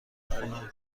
خونه